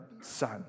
Son